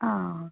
ആ